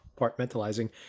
compartmentalizing